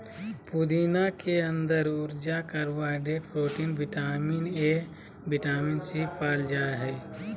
पुदीना के अंदर ऊर्जा, carbohydrate, protein, vitamin A, vitamin C, पाल जा हइ